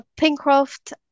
Pincroft